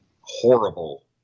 horrible